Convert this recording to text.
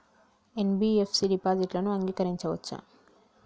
NBFC డిపాజిట్లను అంగీకరించవచ్చా?